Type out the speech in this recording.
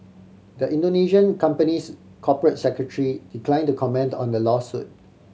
the Indonesian company's corporate secretary decline to comment on the lawsuit